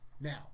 now